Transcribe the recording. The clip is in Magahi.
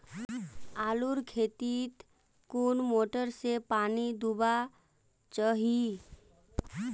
आलूर खेतीत कुन मोटर से पानी दुबा चही?